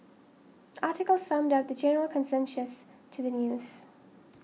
article summed up the general consensus to the news